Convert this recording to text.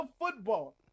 football